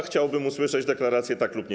Chciałbym usłyszeć deklarację: tak lub nie.